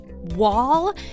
Wall